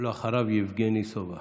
אחריו, יבגני סובה.